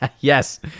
yes